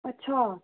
अच्छा